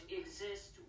exist